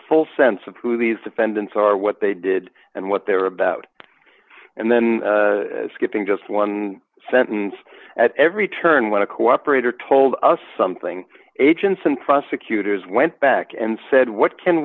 full sense of who these defendants are what they did and what they were about and then skipping just one sentence at every turn want to cooperate or told us something agents and prosecutors went back and said what can